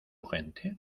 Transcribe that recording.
gente